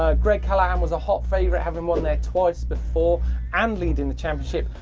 ah greg callaghan was a hot favourite, having won there twice before and leading the championship,